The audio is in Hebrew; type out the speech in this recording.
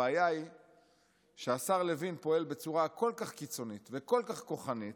הבעיה היא שהשר לוין פועל בצורה כל כך קיצונית וכל כך כוחנית,